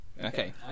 Okay